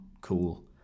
cool